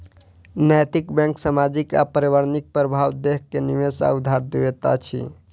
नैतिक बैंक सामाजिक आ पर्यावरणिक प्रभाव देख के निवेश वा उधार दैत अछि